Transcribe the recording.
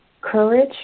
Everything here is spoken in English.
courage